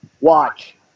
watch